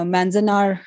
Manzanar